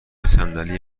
صندلی